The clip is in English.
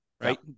right